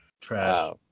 Trash